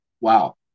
Wow